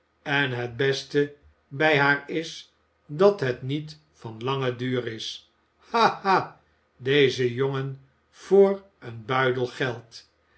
en het beste bij haar is dat het niet van langen duur is ha ha dezen jongen voor een buidel geld